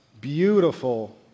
beautiful